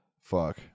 Fuck